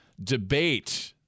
debate